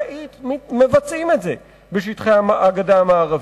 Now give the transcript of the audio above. ומבצעים את זה בשטחי הגדה המערבית.